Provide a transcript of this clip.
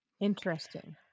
Interesting